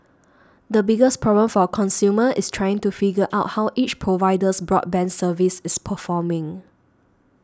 the biggest problem for a consumer is trying to figure out how each provider's broadband service is performing